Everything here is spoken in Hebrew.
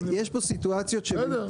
אין לי בעיה.